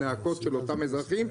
הנאקות של אותם אזרחים.